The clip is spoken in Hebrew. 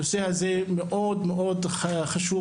הנושא הזה מאוד חשוב,